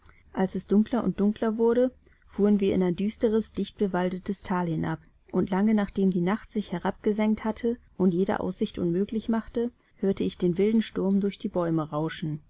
als es dunkler und dunkler wurde fuhren wir in ein düsteres dicht bewaldetes thal hinab und lange nachdem die nacht sich herabgesenkt hatte und jede aussicht unmöglich machte hörte ich den wilden sturm durch die bäume rauschen